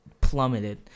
plummeted